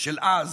של אז